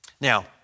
Now